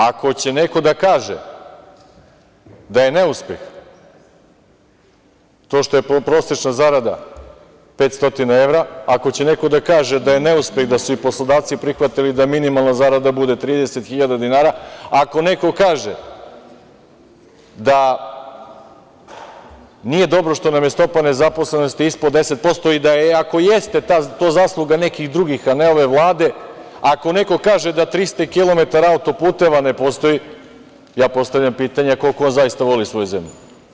Ako će neko da kaže da je neuspeh to što je prosečna zarada 500 evra, ako će neko da kaže da je neuspeh da su i poslodavci prihvatili da minimalna zarada bude 30 hiljada dinara, ako neko kaže da nije dobro što nam je stopa nezaposlenosti ispod 10% i ako jeste, to je zasluga nekih drugih a ne ove Vlade, ako neko kaže da 300 km auto-puteva ne postoji, ja postavljam pitanje - a koliko on zaista voli svoju zemlju?